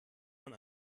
man